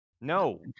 no